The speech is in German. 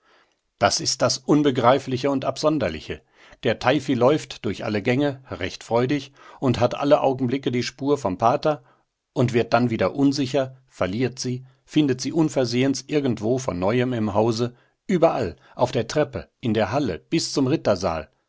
das ist das unbegreifliche und absonderliche der teifi läuft durch alle gänge recht freudig und hat alle augenblicke die spur vom pater und wird dann wieder unsicher verliert sie findet sie unversehens irgendwo von neuem im hause überall auf der treppe in der halle bis zum rittersaal